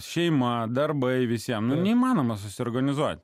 šeima darbai visiems neįmanoma susiorganizuoti